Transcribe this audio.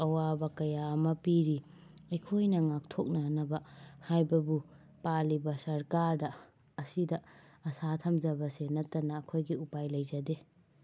ꯑꯋꯥꯕ ꯀꯌꯥ ꯑꯃ ꯄꯤꯔꯤ ꯑꯩꯈꯣꯏꯅ ꯉꯥꯛꯊꯣꯛꯅꯅꯕꯥ ꯍꯥꯏꯕꯕꯨ ꯄꯥꯜꯂꯤꯕ ꯁꯔꯀꯥꯔꯗ ꯑꯁꯤꯗ ꯑꯁꯥ ꯊꯝꯖꯕꯁꯦ ꯅꯠꯇꯅꯥꯡ ꯑꯈꯣꯏꯒꯤ ꯎꯄꯥꯏ ꯂꯩꯖꯗꯦ